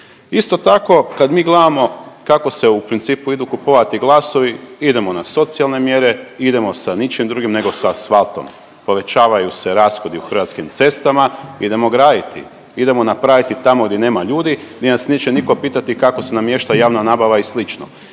Isto tako kad mi gledamo kako se u principu idu kupovati glasovi idemo na socijalne mjere, idemo sa ničim drugim nego sa asfaltom, povećavaju se rashodi u Hrvatskim cestama, idemo graditi, idemo napraviti tamo gdje nema ljudi di nas neće niko pitati kako se namješta javna nabava i sl.,